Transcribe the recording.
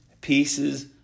pieces